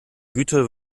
güter